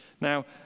Now